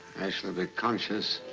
i shall be conscious